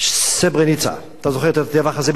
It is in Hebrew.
סרברניצה, אתה זוכר את הטבח הזה ב-1995,